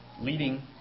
leading